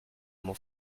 mon